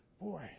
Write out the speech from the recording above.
Boy